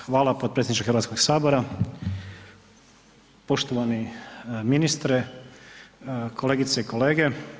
Hvala potpredsjedniče Hrvatskoga sabora, poštovani ministre, kolegice i kolege.